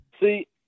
See